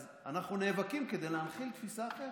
אז אנחנו נאבקים כדי להנחיל תפיסה אחרת.